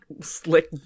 slick